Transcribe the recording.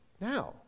now